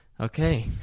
okay